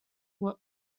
were